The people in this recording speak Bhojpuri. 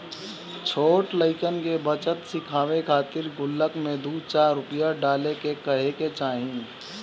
छोट लइकन के बचत सिखावे खातिर गुल्लक में दू चार रूपया डाले के कहे के चाही